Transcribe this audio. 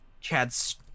Chad's